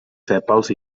sèpals